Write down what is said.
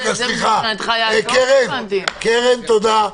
קרן, תודה.